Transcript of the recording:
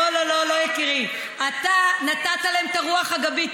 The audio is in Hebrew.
לא, לא, לא, יקירי, אתה נתת להם את הרוח הגבית.